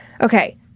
Okay